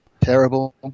Terrible